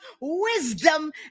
wisdom